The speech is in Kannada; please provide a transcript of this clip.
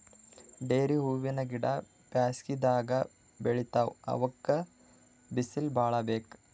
ಡೇರೆ ಹೂವಿನ ಗಿಡ ಬ್ಯಾಸಗಿದಾಗ್ ಬೆಳಿತಾವ್ ಇವಕ್ಕ್ ಬಿಸಿಲ್ ಭಾಳ್ ಬೇಕ್